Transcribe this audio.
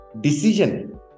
Decision